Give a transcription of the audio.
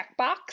checkbox